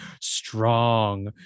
strong